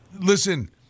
listen